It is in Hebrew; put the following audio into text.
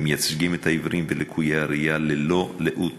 שמייצגים את העיוורים ולקויי הראייה ללא לאות,